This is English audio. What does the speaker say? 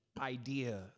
idea